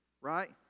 right